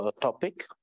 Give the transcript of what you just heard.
topic